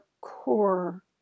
core